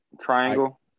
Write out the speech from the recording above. triangle